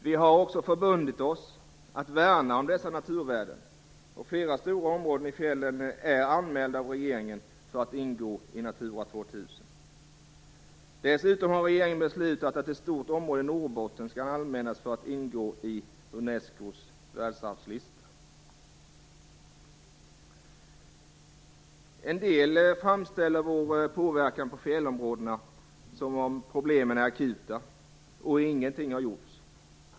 Vi har förbundit oss att värna om dessa naturvärden, och flera stora områden är anmälda av regeringen för att ingå i Natura 2000. Dessutom har regeringen beslutat att ett stort område i Norrbotten skall anmälas för att ingå i Unescos världsarvslista. En del framställer vår påverkan på fjällområdena som om problemen är akuta och ingenting har gjorts.